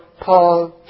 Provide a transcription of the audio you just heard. Paul